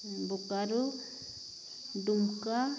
Bokaro Dumka